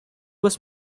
was